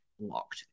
locked